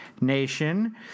Nation